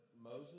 Moses